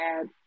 add